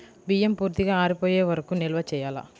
బియ్యం పూర్తిగా ఆరిపోయే వరకు నిల్వ చేయాలా?